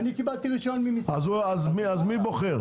אז מי בוחר?